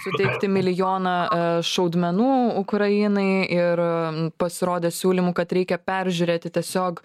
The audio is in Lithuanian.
suteikti milijoną šaudmenų ukrainai ir pasirodė siūlymų kad reikia peržiūrėti tiesiog